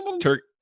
turkey